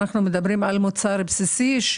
אנחנו מדברים על מוצר בסיסי,